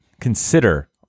consider